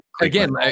again